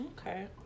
Okay